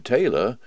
Taylor